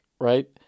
right